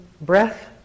breath